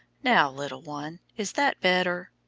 now, little one, is that better?